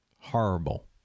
horrible